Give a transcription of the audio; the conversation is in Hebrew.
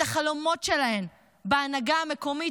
את החלומות שלהן בהנהגה המקומית,